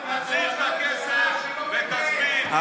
תחזיר את הכסף ותסביר למה,